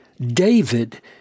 David